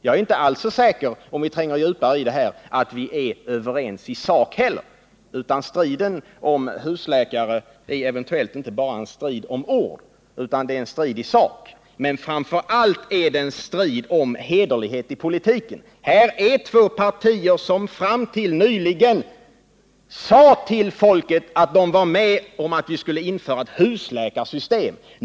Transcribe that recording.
Jag är inte alls säker, om vi tränger djupare in i detta, att vi är överens i sak heller. Striden om husläkare är eventuellt inte bara en strid om ord, utan det är en strid i sak. Men framför allt är det en strid om hederlighet i politiken. Här är två partier som fram till nyligen sade till folket att de var med om att vi skulle införa ett husläkarsystem.